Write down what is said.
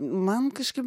man kažkaip